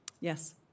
Yes